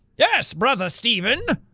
yes, brother steven!